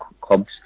clubs